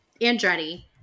Andretti